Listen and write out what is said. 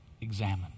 examine